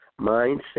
mindset